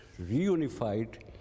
reunified